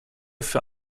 für